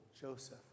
Joseph